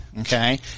Okay